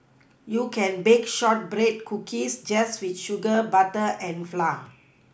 you can bake shortbread cookies just with sugar butter and flour